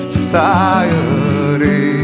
Society